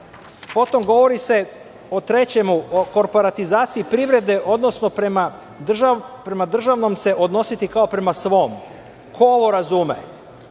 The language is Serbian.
kako. Potom, govori se o trećemu, o korporatizaciji privrede, odnosno prema državnom se odnositi kao prema svom. Ko ovo razume?